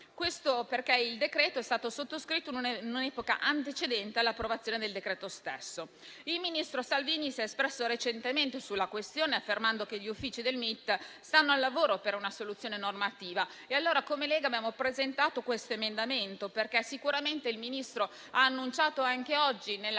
Questo perché il decreto è stato sottoscritto in un'epoca antecedente all'approvazione del decreto stesso. Il ministro Salvini si è espresso recentemente sulla questione, affermando che gli uffici del MIT sono al lavoro per una soluzione normativa. La Lega ha quindi presentato questo emendamento perché sicuramente il Ministro ha annunciato anche oggi nell'assemblea